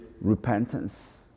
repentance